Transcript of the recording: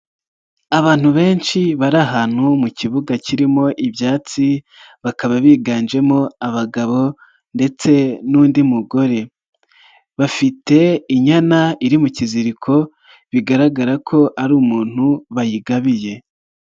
Abantu benshi bari ahantu mu kibuga kirimo ibyatsi, bakaba biganjemo abagabo ndetse n'undi mugore bafite inyana iri mu kiziriko bigaragara ko ari umuntu bayigabiye.